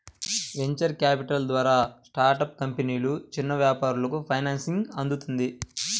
venture capital ద్వారా startup కంపెనీలు, చిన్న వ్యాపారాలకు ఫైనాన్సింగ్ అందుతుంది